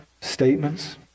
statements